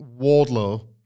Wardlow